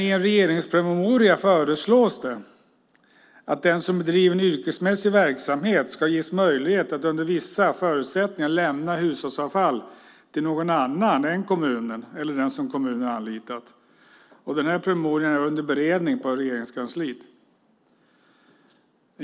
I en regeringspromemoria föreslås dock att den som bedriver en yrkesmässig verksamhet ges en möjlighet att under vissa förutsättningar lämna hushållsavfall till någon annan än kommunen eller den som kommunen har anlitat. Promemorian är nu under beredning i Regeringskansliet.